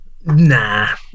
Nah